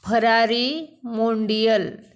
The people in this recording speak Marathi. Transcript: फरारी मोंडियल